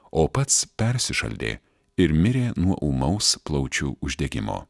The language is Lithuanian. o pats persišaldė ir mirė nuo ūmaus plaučių uždegimo